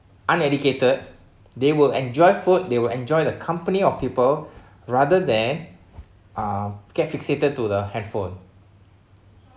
uneducated they will enjoy food they will enjoy the company of people rather than ah get fixated to the handphone